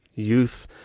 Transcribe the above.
youth